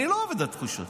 אני לא עובד על תחושות,